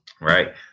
right